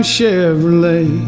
Chevrolet